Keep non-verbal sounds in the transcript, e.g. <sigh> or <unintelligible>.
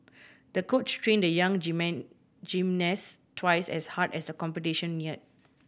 the coach trained the young <unintelligible> gymnast twice as hard as the competition neared